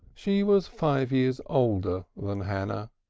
she was five years older than hannah,